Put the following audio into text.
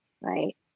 right